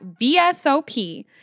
VSOP